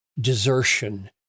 desertion